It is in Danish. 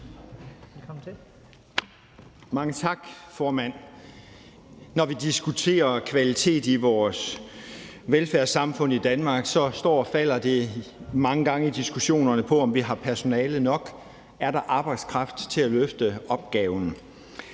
Mange tak, formand. Når vi diskuterer kvalitet i vores velfærdssamfund i Danmark, står og falder det mange gange med diskussionerne om, om vi har personale nok, altså om der er arbejdskraft til at løfte opgaven.